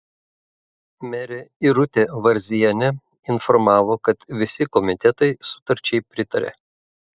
merė irutė varzienė informavo kad visi komitetai sutarčiai pritarė